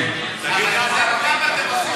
ניתן לכל אחד איזה קטע של משהו.